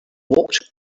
walked